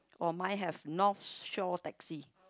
or mine have north show taxi